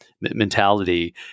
mentality